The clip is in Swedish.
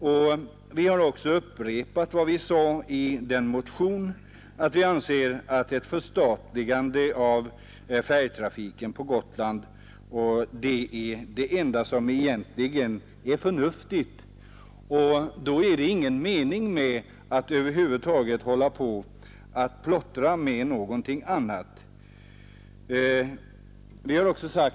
I motionen 1589 förra året framhöll vi också som vår mening — och vi har upprepat det nu — att ett förstatligande av färjetrafiken på Gotland är det enda förnuftiga; det är ingen mening med att plottra med något annat.